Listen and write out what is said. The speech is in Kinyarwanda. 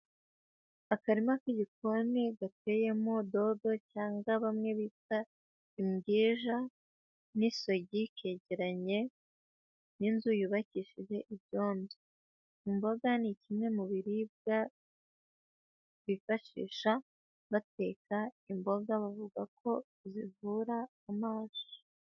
Akarima k'igikoni gateyemo dodo cyangwa bamwe bita imbwija n'isogi, kegeranye n'inzu yubakishije ibyondo. Imboga ni kimwe mu biribwa, bifashisha bateka, imboga bavuga ko zivura amaso.